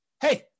hey